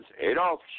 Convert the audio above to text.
Adolf